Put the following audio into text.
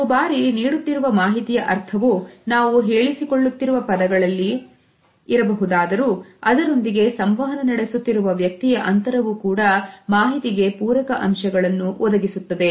ಕೆಲವು ಬಾರಿ ನೀಡುತ್ತಿರುವ ಮಾಹಿತಿಯ ಅರ್ಥವು ನಾವು ಹೇಳಿಸಿಕೊಳ್ಳುತ್ತಿರುವ ಪದಗಳಲ್ಲಿ ಇರಬಹುದಾದರೂ ಅದರೊಂದಿಗೆ ಸಂವಹನ ನಡೆಸುತ್ತಿರುವ ವ್ಯಕ್ತಿಯ ಅಂತರವು ಕೂಡ ಮಾಹಿತಿಗೆ ಪೂರಕ ಅಂಶಗಳನ್ನು ಒದಗಿಸುತ್ತದೆ